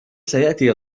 سيأتي